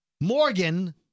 Morgan